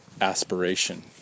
aspiration